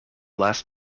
last